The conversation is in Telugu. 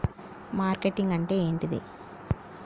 మార్కెటింగ్ అంటే ఏంటిది?